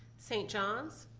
st. john's,